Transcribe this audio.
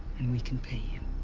and we can pay you.